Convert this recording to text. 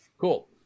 cool